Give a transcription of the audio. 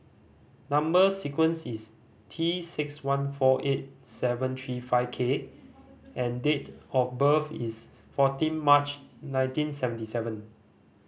number sequence is T six one four eight seven three five K and date of birth is fourteen March nineteen seventy seven